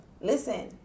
listen